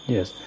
Yes